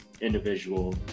individual